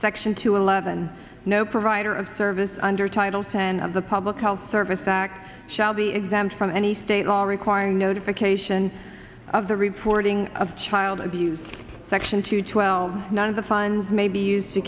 section two eleven no provider of service under title ten of the public health service act shall be exempt from any state all requiring notification of the reporting of child abuse section two twelve none of the funds may be used to